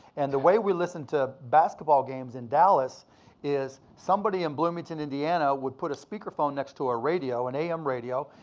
and the way we listened to basketball games in dallas is somebody in bloomington, indiana, would put a speakerphone next to a radio, an am radio,